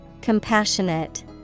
Compassionate